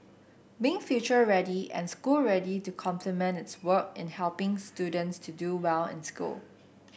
being future ready and school ready to complement its work in helping students to do well in school